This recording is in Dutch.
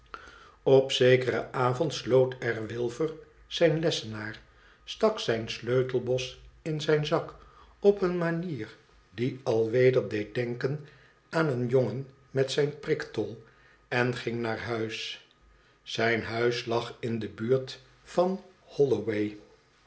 op zekeren avond sloot r wilfer zijn lessenaar stak zijn sleutelbos in zijn zak op eene manier die alweder deed denken aan een jongen met zijn priktol en ging naar huis zijn huis lag in de buurt van holloway